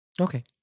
okay